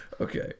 Okay